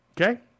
okay